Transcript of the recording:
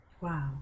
Wow